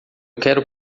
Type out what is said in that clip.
quero